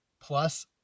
plus